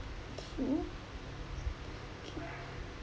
so okay